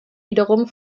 wiederum